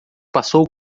passou